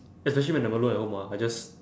especially when I'm alone at home ah I just